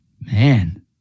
man